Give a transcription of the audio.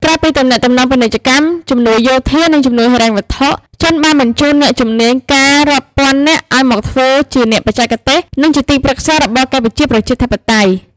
ក្រៅពីទំនាក់ទំនងពាណិជ្ជកម្ម ជំនួយយោធា និងជំនួយហិរញ្ញវត្ថុ ចិនបានបញ្ជូនអ្នកជំនាញ ការរាប់ពាន់នាក់ឱ្យមកធ្វើជាអ្នកបច្ចេកទេស និងជាទីប្រឹក្សារបស់កម្ពុជាប្រជាធិបតេយ្យ។